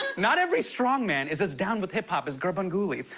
not every strongman is as down with hip-hop as gurbanguly.